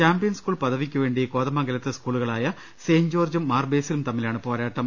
champion school പദവിക്കുവേണ്ടി കോതമംഗലത്തെ സ്കൂളുകളായ സെന്റ് ജോർജ്ജും മാർബേസിലും തമ്മിലാണ് പോരാട്ടം